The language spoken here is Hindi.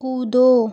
कूदो